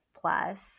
plus